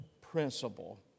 principle